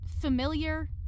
familiar